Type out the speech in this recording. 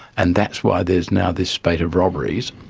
and that's why there is now this spate of robberies.